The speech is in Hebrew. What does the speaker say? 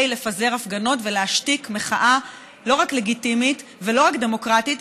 לפזר הפגנות ולהשתיק מחאה לא רק לגיטימית ולא רק דמוקרטית,